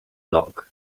lock